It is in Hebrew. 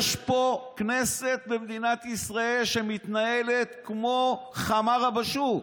יש פה כנסת במדינת ישראל שמתנהלת כמו חמארה בשוק.